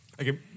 Okay